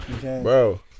Bro